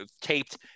taped